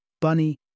Bunny